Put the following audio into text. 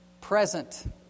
present